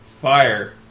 Fire